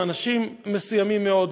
עם אנשים מסוימים מאוד,